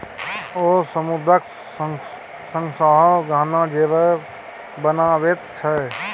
ओ समुद्रक शंखसँ गहना जेवर बनाबैत छै